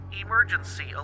emergency